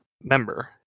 member